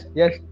yes